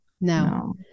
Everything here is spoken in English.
no